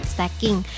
Stacking